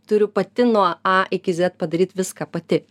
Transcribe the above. turiu pati nuo a iki zet padaryt viską pati